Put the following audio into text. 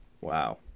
Wow